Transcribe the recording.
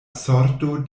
sorto